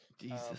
Jesus